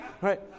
right